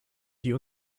die